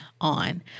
on